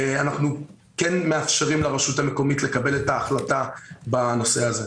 אנחנו כן מאפשרים לרשות המקומית לקבל את ההחלטה בנושא הזה.